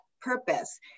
purpose